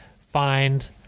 find